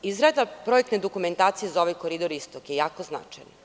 Izrada projektne dokumentacije za Koridor Istok je jako značajna.